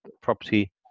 property